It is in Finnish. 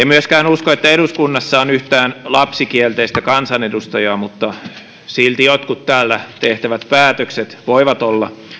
myöskään usko että eduskunnassa on yhtään lapsikielteistä kansanedustajaa mutta silti jotkut täällä tehtävät päätökset voivat olla